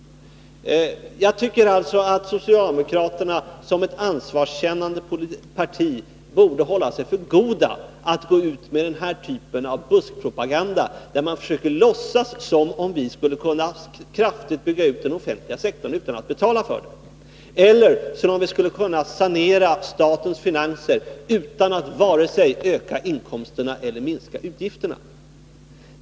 Jag tycker alltså att socialdemokraterna som ett ansvarskännande parti borde hålla sig för goda för att gå ut med den här typen av buskpropaganda, där man försöker låtsas som om vi skulle kunna kraftigt bygga ut den offentliga sektorn utan att betala för det, eller som om vi skulle kunna sanera statens finanser utan att vare sig öka inkomsterna eller minska utgifterna.